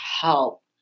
help